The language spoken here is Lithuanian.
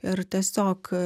ir tiesiog